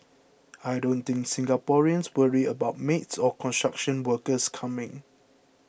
I don't think Singaporeans worry about maids or construction workers coming